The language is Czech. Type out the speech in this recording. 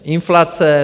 Inflace.